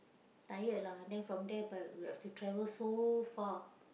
tired lah then from there b~ we have to travel so far